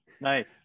nice